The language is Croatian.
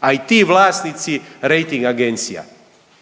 a i ti vlasnici rejting agencija.